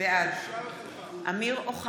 בעד אוהו.